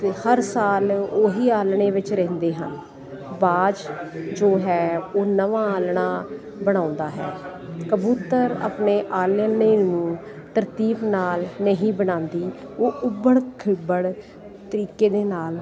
ਅਤੇ ਹਰ ਸਾਲ ਉਹੀ ਆਲਣੇ ਵਿੱਚ ਰਹਿੰਦੇ ਹਨ ਬਾਜ਼ ਜੋ ਹੈ ਉਹ ਨਵਾਂ ਆਲਣਾ ਬਣਾਉਂਦਾ ਹੈ ਕਬੂਤਰ ਆਪਣੇ ਆਲਣੇ ਨੂੰ ਤਰਤੀਬ ਨਾਲ ਨਹੀਂ ਬਣਾਉਂਦੀ ਉਹ ਉੱਬੜ ਖਿੱਬੜ ਤਰੀਕੇ ਦੇ ਨਾਲ